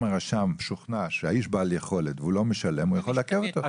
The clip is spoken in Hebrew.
הרשם שוכנע שהאיש בעל יכולת ולא משלם יכול לעכב אותו.